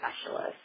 specialist